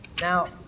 Now